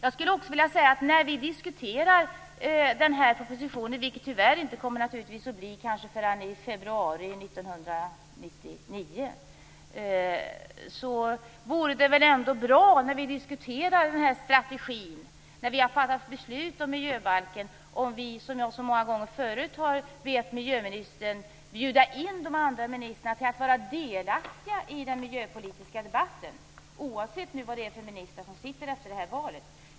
Jag skulle också vilja säga att när vi diskuterar strategin i den här propositionen, vilket tyvärr inte kommer att ske förrän kanske i februari 1999, när vi har fattat beslut om miljöbalken, vore det bra om vi - som vi så många gånger förut har bett miljöministern om - kunde bjuda in de andra ministrarna att vara delaktiga i den miljöpolitiska debatten, oavsett vilka ministrar som sitter efter valet.